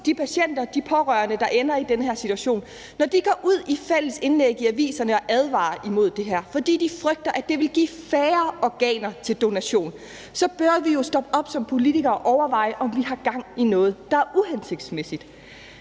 de patienter og pårørende, der ender i den her situation, går ud med et fælles indlæg i aviserne og advarer imod det her, fordi de frygter, at det vil give færre organer til donation, bør vi jo stoppe op som politikere og overveje, om vi har gang i noget, der er uhensigtsmæssigt.